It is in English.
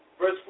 Verse